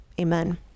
Amen